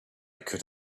could